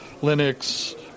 Linux